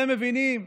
אתם מבינים?